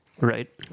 Right